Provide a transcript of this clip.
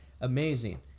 amazing